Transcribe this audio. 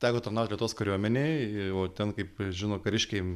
teko tarnaut lietuvos kariuomenėj o ten kaip žino kariškiai